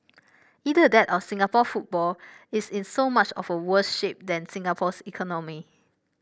either that or Singapore football is in so much of a worse shape than Singapore's economy